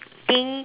think